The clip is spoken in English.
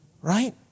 Right